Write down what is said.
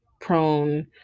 prone